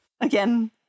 Again